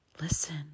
Listen